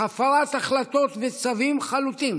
אך הפרת החלטות וצווים חלוטים